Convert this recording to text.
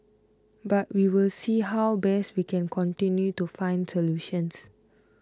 but we will see how best we can continue to find solutions